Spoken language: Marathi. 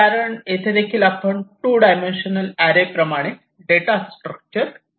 कारण येथे देखील आपण 2 डायमेन्शनल अॅरे प्रमाणे डेटा स्ट्रक्चर ठेवत आहात